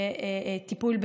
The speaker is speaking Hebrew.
טיפול בדיור,